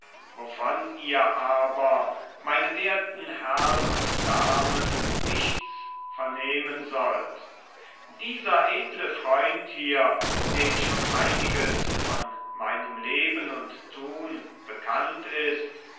wovon ihr aber meine werten herren und damen nichts vernehmen sollt dieser edle freund hier dem schon einiges von meinem leben und tun bekannt ist